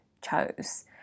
chose